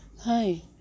Hi